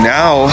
now